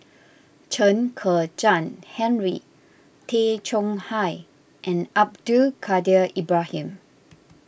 Chen Kezhan Henri Tay Chong Hai and Abdul Kadir Ibrahim